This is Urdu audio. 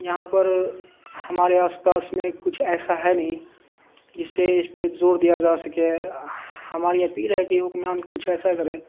یہاں پر ہمارے آس پاس میں کچھ ایسا ہے نہیں جس سے اس پہ زور دیا جا سکے ہماری اپیل ہے کہ حکم ہم کچھ ایسا کرے